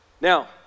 Now